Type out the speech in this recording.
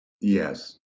yes